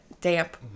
Damp